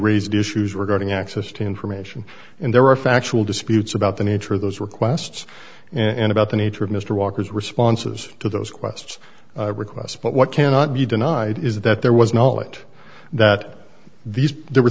raised issues regarding access to information and there are factual disputes about the nature of those requests and about the nature of mr walker's responses to those quests requests but what cannot be denied is that there was no it that these there were